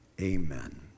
Amen